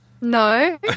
No